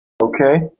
Okay